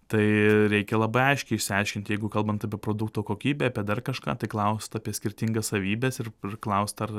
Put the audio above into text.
tai reikia labai aiškiai išsiaiškint jeigu kalbant apie produkto kokybę apie dar kažką tai klaust apie skirtingas savybes ir klaust ar